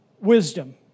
wisdom